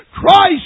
Christ